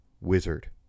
wizard